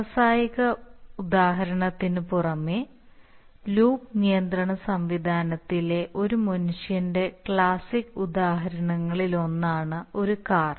വ്യാവസായിക ഉദാഹരണത്തിനുപുറമെ ലൂപ്പ് നിയന്ത്രണ സംവിധാനത്തിലെ ഒരു മനുഷ്യന്റെ ക്ലാസിക് ഉദാഹരണങ്ങളിലൊന്നാണ് ഒരു കാർ